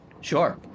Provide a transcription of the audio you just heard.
Sure